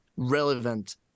relevant